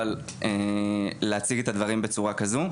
אבל להציג את הדברים בצורה כזו.